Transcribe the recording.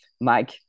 Mike